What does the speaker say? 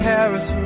Paris